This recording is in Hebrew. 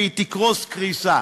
והיא תקרוס קריסה.